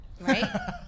right